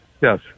yes